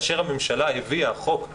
כאשר הממשלה הביאה חוק ממש,